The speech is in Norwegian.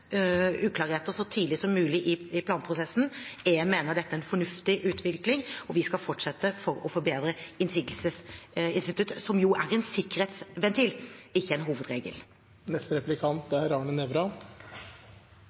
uklarheter så tidlig som mulig i planprosessen. Jeg mener dette er en fornuftig utvikling, og vi skal fortsette å forbedre innsigelsesinstituttet – som jo er en sikkerhetsventil, og ikke en hovedregel.